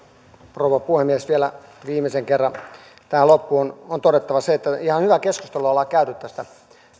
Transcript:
rouva puhemies vielä viimeisen kerran tähän loppuun on todettava se että ihan hyvää keskustelua ollaan käyty tästä